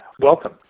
welcome